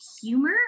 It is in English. humor